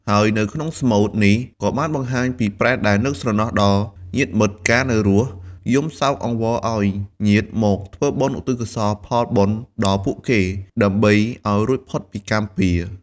ហើយនៅក្នុងស្មូត នេះក៏បានបង្ហាញពីប្រេតដែលនឹកស្រណោះដល់ញាតិមិត្តកាលនៅរស់ យំសោកអង្វរឲ្យញាតិមកធ្វើបុណ្យឧទ្ទិសកុសលផលបុណ្យដល់ពួកគេ ដើម្បីឲ្យរួចផុតពីកម្មពារ។